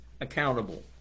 accountable